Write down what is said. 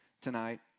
tonight